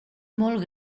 molt